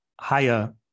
higher